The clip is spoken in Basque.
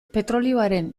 petrolioaren